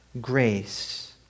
grace